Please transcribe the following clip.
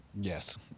Yes